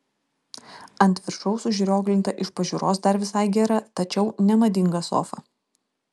ant viršaus užrioglinta iš pažiūros dar visai gera tačiau nemadinga sofa